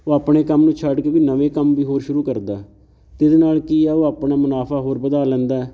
ਉਹ ਆਪਣੇ ਕੰਮ ਨੂੰ ਛੱਡ ਕੇ ਕੋਈ ਨਵੇਂ ਕੰਮ ਵੀ ਹੋਰ ਸ਼ੁਰੂ ਕਰਦਾ ਅਤੇ ਇਹਦੇ ਨਾਲ਼ ਕੀ ਆ ਉਹ ਆਪਣਾ ਮੁਨਾਫ਼ਾ ਹੋਰ ਵਧਾ ਲੈਂਦਾ